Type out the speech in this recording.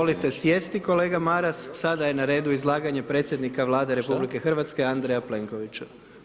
Izvolite sjesti kolega Maras, sada je na redu izlaganje predsjednika Vlade RH Andreja Plenkovića.